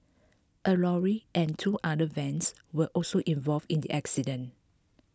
a lorry and two other vans were also involved in the accident